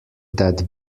that